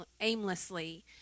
aimlessly